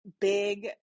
big